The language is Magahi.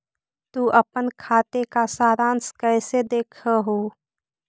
तु अपन खाते का सारांश कैइसे देखअ हू